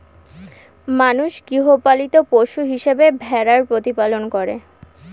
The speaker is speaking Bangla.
মানুষ গৃহপালিত পশু হিসেবে ভেড়ার প্রতিপালন করে